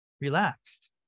relaxed